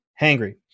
hangry